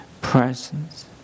presence